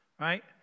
Right